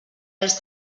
als